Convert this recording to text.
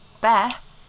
Beth